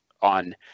on